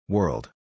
World